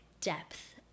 depth